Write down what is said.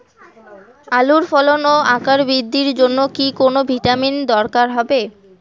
আলুর ফলন ও আকার বৃদ্ধির জন্য কি কোনো ভিটামিন দরকার হবে?